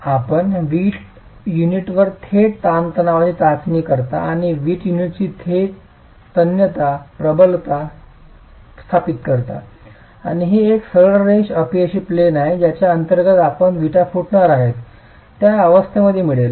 आपण वीट युनिटवर थेट ताणतणावाची चाचणी करता आणि वीट युनिटची थेट तन्यता प्रबलता स्थापित करता आणि हे एक सरळ रेखा अपयशी प्लेन आहे ज्याच्या अंतर्गत आपण विटा फुटणार आहे त्या अवस्थेत मिळेल